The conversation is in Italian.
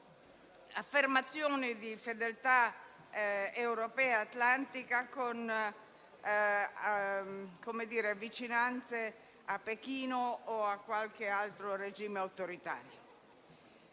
affermazioni di fedeltà europea-atlantica e vicinanze a Pechino o a qualche altro regime autoritario.